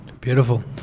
Beautiful